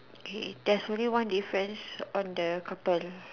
okay there's only one difference on the curtain